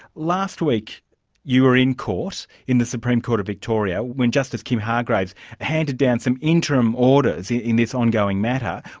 last week you were in court, in the supreme court of victoria, when justice kim hargraves handed down some interim orders in this ongoing matter.